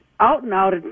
out-and-out